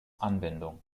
anwendung